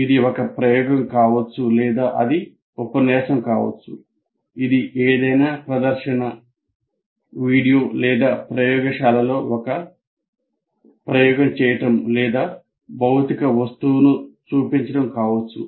ఇది ఒక ప్రయోగం కావచ్చు లేదా అది ఉపన్యాసం కావచ్చు ఇది ఏదైనా ప్రదర్శన వీడియో లేదా ప్రయోగశాలలో ఒక ప్రయోగం చేయడం లేదా భౌతిక వస్తువును చూపించడం కావచ్చు